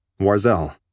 Warzel